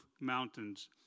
mountains